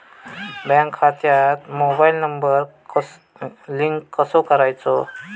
Bank खात्यात mobile number link कसो करायचो?